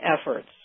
efforts